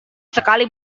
sekali